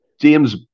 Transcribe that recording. James